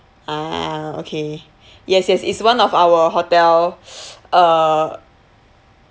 ah okay yes yes it's one of our hotel uh